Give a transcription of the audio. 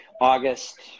August